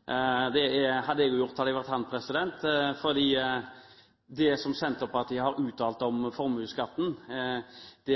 saksordfører. Det hadde jeg også gjort hvis jeg var ham, for det som Senterpartiet har uttalt om formuesskatten,